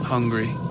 Hungry